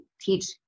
teach